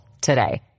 today